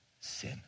sin